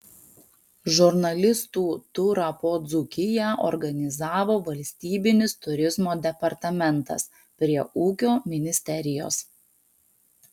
žurnalistų turą po dzūkiją organizavo valstybinis turizmo departamentas prie ūkio ministerijos